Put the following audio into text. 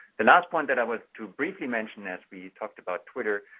the last one that i was to briefly mention as we talked about twitter,